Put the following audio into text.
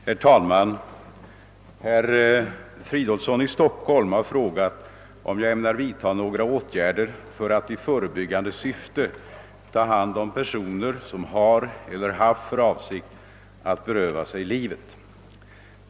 Herr talman! Herr Fridolfsson i Stockholm har frågat om jag ämnar vidta några åtgärder för att i förebyggande syfte ta hand om personer som har eller haft för avsikt att beröva sig livet.